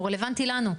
הוא רלוונטי לנו?